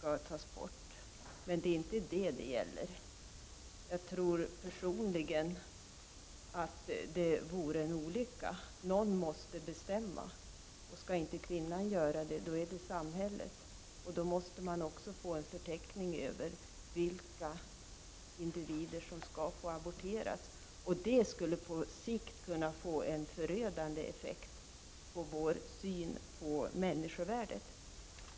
Men det är det inte det saken gäller. Att göra det tror jag vore olyckligt. Någon måste bestämma. Om inte kvinnan skall göra det, då får samhället göra det. I så fall måste det finnas en förteckning över vilka individer som får aborteras. Det skulle på sikt kunna få förödande effekter för vår syn på människovärdet.